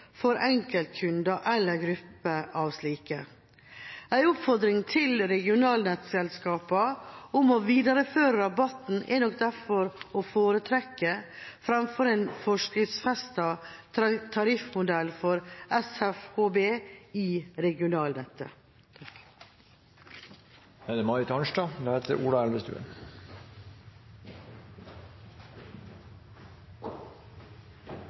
for enkeltkunder eller grupper av slike. En oppfordring til regionalnettselskapene om å videreføre rabatten er nok derfor å foretrekke framfor en forskriftsfestet tariffmodell for SFHB i